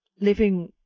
living